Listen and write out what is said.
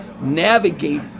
navigate